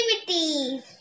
activities